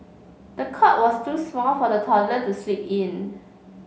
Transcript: the cot was too small for the toddler to sleep in